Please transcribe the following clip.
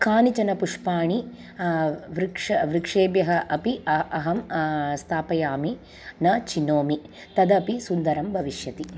कानिचन पुष्पाणि वृक्ष वृक्षेभ्यः अपि अहं स्थापयामि न चिनोमि तदपि सुन्दरं भविष्यति